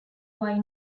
why